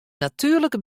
natuerlike